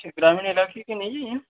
अच्छा ग्रामीण इलाके के नहीं हैं